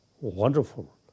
wonderful